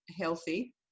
healthy